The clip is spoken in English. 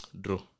Draw